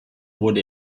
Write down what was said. wurde